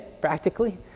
practically